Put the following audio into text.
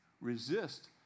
Resist